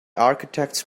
architects